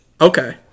okay